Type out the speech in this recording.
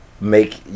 make